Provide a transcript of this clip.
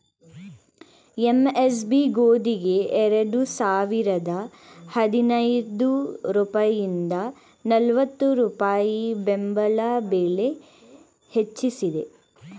MSP ಗೋದಿಗೆ ಎರಡು ಸಾವಿರದ ಹದಿನೈದು ರೂಪಾಯಿಂದ ನಲ್ವತ್ತು ರೂಪಾಯಿ ಬೆಂಬಲ ಬೆಲೆ ಹೆಚ್ಚಿಸಿದೆ